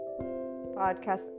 podcast